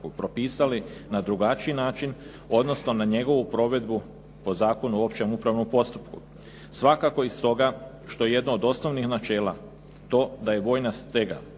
propisali na drugačiji način, odnosno na njegovu provedbu po Zakonu o općem upravnom postupku. Svakako, i stoga što je jedno od osnovnih načela to da je vojna stega